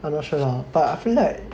I'm not sure lah hor but I feel like